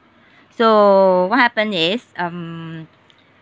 so what happen is um